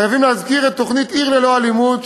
חייבים להזכיר את תוכנית "עיר ללא אלימות",